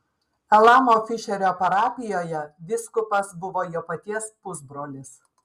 elamo fišerio parapijoje vyskupas buvo jo paties pusbrolis